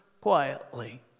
quietly